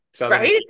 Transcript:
Right